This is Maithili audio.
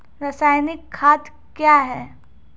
रसायनिक खाद कया हैं?